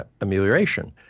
amelioration